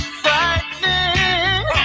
frightening